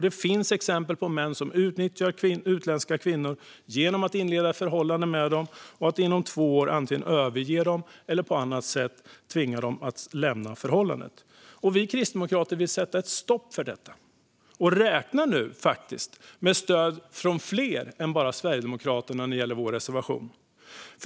Det finns exempel på män som utnyttjar utländska kvinnor genom att inleda ett förhållande med dem och inom två år antingen överge dem eller på annat sätt tvinga dem att lämna förhållandet. Vi kristdemokrater vill sätta stopp för detta och räknar nu faktiskt med stöd från fler än Sverigedemokraterna när det gäller vår reservation.